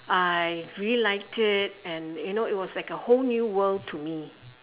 I really liked it and you know it was like a whole new world to me